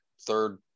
third